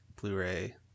Blu-ray